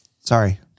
Sorry